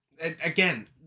again